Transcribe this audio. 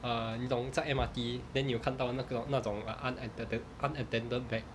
err 你懂在 M_R_T then you 你有看到那个那种 uh unattended unattended bag